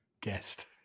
guest